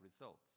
results